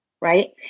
Right